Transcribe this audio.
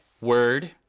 Word